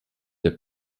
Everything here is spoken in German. der